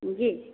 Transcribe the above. जी जी